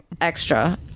extra